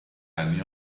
anni